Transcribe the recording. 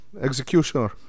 Executioner